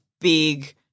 big